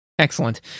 excellent